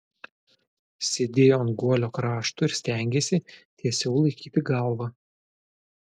sėdėjo ant guolio krašto ir stengėsi tiesiau laikyti galvą